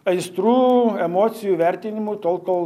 aistrų emocijų vertinimų tol kol